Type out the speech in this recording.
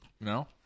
No